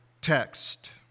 text